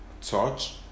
touch